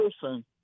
person